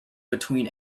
between